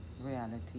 reality